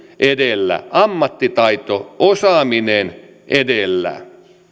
edellä ammattitaito osaaminen edellä